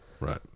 right